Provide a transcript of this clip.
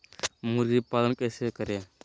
मुर्गी पालन कैसे करें?